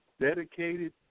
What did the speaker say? dedicated